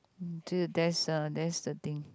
mm that's the that's the thing